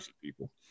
people